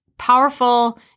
powerful